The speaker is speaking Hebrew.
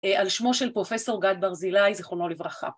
על שמו של פרופסור גד ברזילי, זכרונו לברכה.